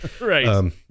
right